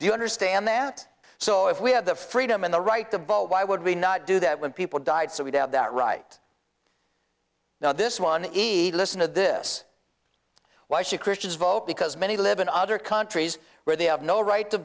you understand that so if we had the freedom and the right to vote why would we not do that when people died so we don't have that right now this one either listen to this why she christians vote because many live in other countries where they have no right to